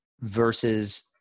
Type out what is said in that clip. versus